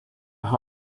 ha